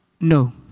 No